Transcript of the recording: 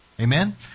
Amen